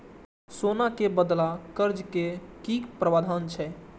सोना के बदला कर्ज के कि प्रावधान छै?